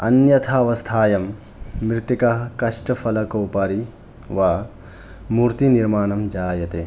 अन्यथावस्थायं मृत्तिकाः काष्ठफलकोपरि वा मूर्तिनिर्माणं जायते